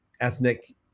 ethnic